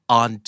on